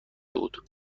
بود